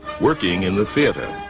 working in the theatre,